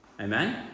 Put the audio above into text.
amen